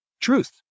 truth